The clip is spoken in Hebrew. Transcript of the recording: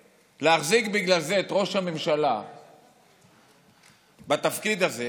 ולהחזיק בגלל זה את ראש הממשלה בתפקיד הזה